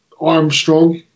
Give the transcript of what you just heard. Armstrong